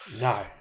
No